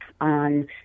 on